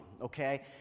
Okay